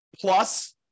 plus